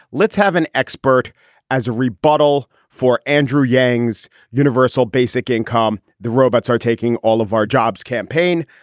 let's have an expert as a rebuttal for andrew yang's universal basic income. the robots are taking all of our jobs campaign.